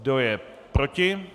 Kdo je proti?